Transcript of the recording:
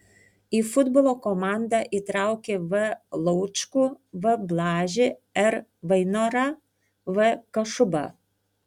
į futbolo komandą įtraukė v laučkų v blažį r vainorą v kašubą